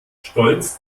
stolz